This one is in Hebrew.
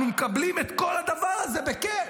אנחנו מקבלים את כל הדבר הזה בכיף.